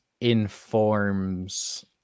informs